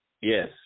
Yes